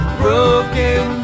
broken